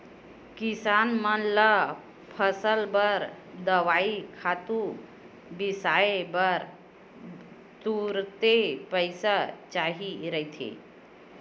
किसान मन ल फसल बर दवई, खातू बिसाए बर तुरते पइसा चाही रहिथे